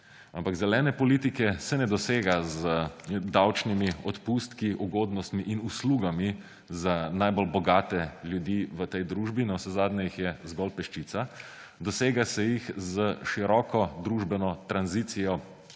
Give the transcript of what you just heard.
Ampak zelene politike se ne dosega z davčnimi odpustki, ugodnostmi in uslugami za najbolj bogate ljudi v tej družbi. Navsezadnje jih je zgolj peščica. Dosega se jih s široko družbeno tranzicijo